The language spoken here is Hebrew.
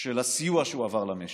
של הסיוע שהועבר למשק,